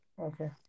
Okay